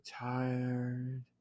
tired